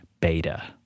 beta